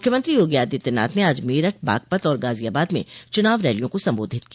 मुख्यमंत्री योगी आदित्यनाथ ने आज मेरठ बागपत और गाजियाबाद में चुनाव रैलियों को संबोधित किया